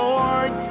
Lord